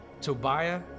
Tobiah